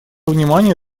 внимание